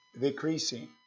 decreasing